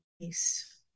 peace